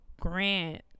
grant